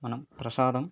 మనం ప్రసాదం